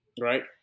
Right